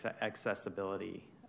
accessibility